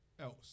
else